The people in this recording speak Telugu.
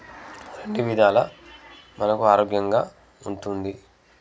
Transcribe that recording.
అన్ని విధాల మనకు ఆరోగ్యంగా ఉంటుంది